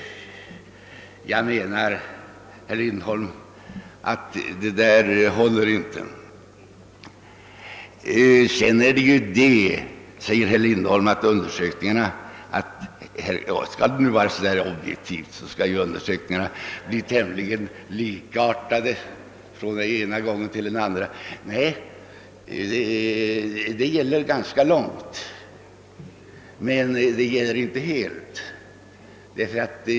Jag menar, herr Lindholm, att det där håller inte. Sedan säger herr Lindholm att om undersökningarna skall kunna vara så där objektiva, måste de bli tämligen likartade från den ena gången till den andra. Nej, det gäller ganska långt, men det gäller inte helt.